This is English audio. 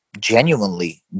genuinely